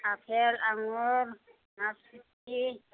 आफेल आंगु नासपुति